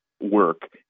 work